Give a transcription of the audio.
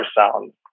sound